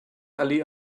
allee